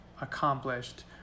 accomplished